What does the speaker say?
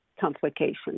complications